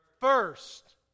first